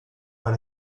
per